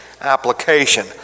application